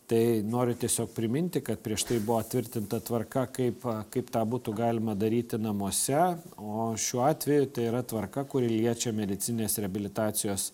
tai noriu tiesiog priminti kad prieš tai buvo įtvirtinta tvarka kaip kaip tą būtų galima daryti namuose o šiuo atveju tai yra tvarka kuri liečia medicininės reabilitacijos